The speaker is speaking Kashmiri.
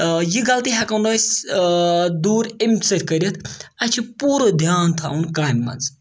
یہِ غلطی ہیٚکو نہٕ أسۍ دوٗر امہِ سۭتۍ کٔرِتھ اَسہِ چھِ پوٗرٕ دھیان تھَوُن کامہِ منٛز